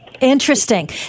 Interesting